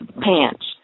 pants